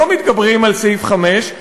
לא מתגברים על סעיף 5,